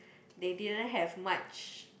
they didn't have much